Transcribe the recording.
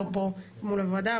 לא פה מול הוועדה,